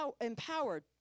empowered